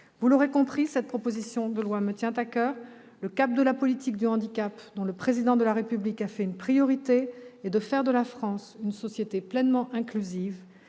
Vous l'aurez compris, cette proposition de loi me tient à coeur. Le cap de la politique du handicap, dont le Président de la République a fait une priorité, est de faire de la France une société pleinement inclusive.